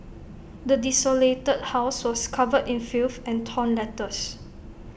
the desolated house was covered in filth and torn letters